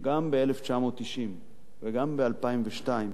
גם ב-1990 וגם ב-2002,